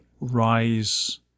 RISE